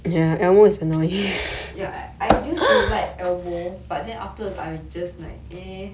ya I I use to like elmo but then afterwards I just like eh